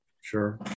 sure